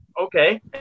okay